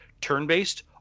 turn-based